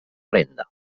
renda